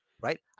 right